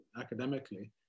academically